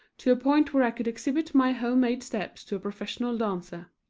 to a point where i could exhibit my home-made steps to a professional dancer.